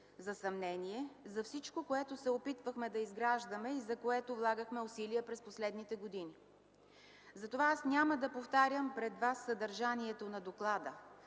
за съмнение, за всичко, което се опитвахме да изграждаме и за което влагахме усилия през последните години. Затова аз няма да повтарям пред вас съдържанието на доклада.